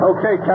Okay